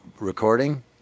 recording